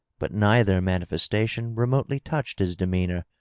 but neither manifestation remotely touched his demeanor,